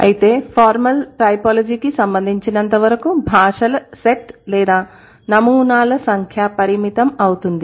అయితే ఫార్మల్ టైపోలాజీకి సంబంధించినంతవరకు భాషల సెట్ లేదా నమూనాల సంఖ్య పరిమితం అవుతుంది